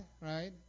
right